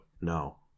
no